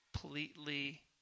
completely